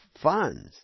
funds